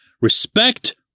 Respect